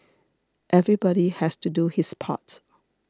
everybody has to do his part